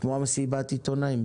כמו מסיבת עיתונאים?